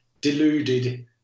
deluded